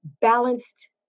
balanced